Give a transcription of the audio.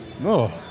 No